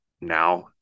now